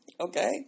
Okay